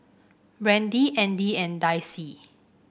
Brandie Andy and Dicie